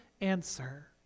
answer